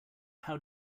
how